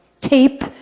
tape